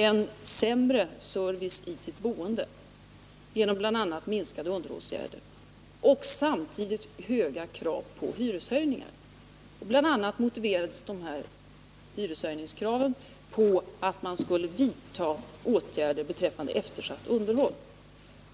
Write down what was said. en sämre service i sitt boende, bl..a. genom minskade underhållsåtgärder, samtidigt som krav på höga hyreshöjningar restes. Bl.a. motiverades dessa krav på hyreshöjningar med att bostadsföretagen skulle vidta åtgärder beträffande eftersatt underhåll.